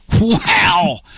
Wow